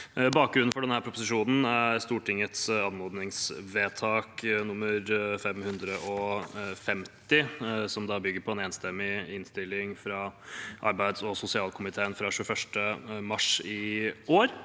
Bakgrunnen for denne proposisjonen er Stortingets anmodningsvedtak nr. 550, som bygger på en enstemmig innstilling fra arbeids- og sosialkomiteen fra 21. mars i år.